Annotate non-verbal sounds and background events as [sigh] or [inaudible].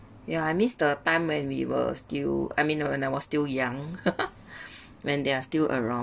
ya I miss the time when we were still I mean when I was still young [laughs] when they are still around